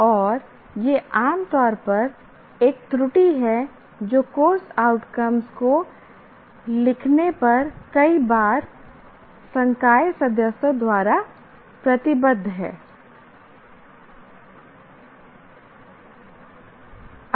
और यह आम तौर पर एक त्रुटि है जो कोर्स आउटकम्स को लिखने पर कई पहली बार संकाय सदस्यों द्वारा प्रतिबद्ध है